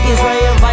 Israel